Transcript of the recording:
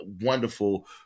wonderful